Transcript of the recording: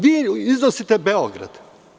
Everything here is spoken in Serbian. Vi iznosite Beograd.